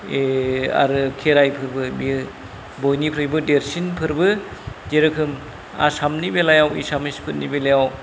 ए आरो खेराइ फोरबो बियो बयनिफ्रायबो देरसिन फोरबो जे रोखोम आसामनि बेलायाव एसामिसफोरनि बेलायाव